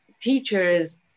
teachers